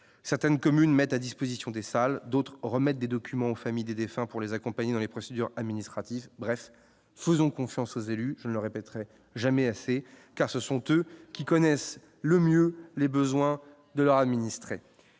certaines communes mettent à disposition des salles d'autres remette des documents aux familles des défunts pour les accompagner dans les procédures administratives : bref, faisons confiance aux élus, je ne le répéterai jamais assez, car ce sont eux qui connaissent le mieux les besoins de leur administrer